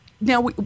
Now